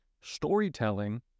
Storytelling